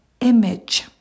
image